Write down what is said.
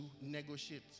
negotiate